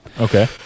okay